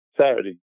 Saturday